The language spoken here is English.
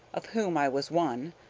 of whom i was one,